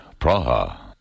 Praha